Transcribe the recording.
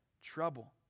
trouble